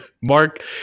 Mark